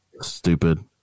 stupid